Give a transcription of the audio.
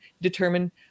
determine